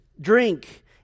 drink